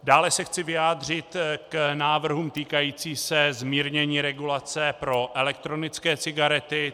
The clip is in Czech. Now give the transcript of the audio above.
Dále se chci vyjádřit k návrhům týkajícím se zmírnění regulace pro elektronické cigarety.